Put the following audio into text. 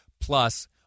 plus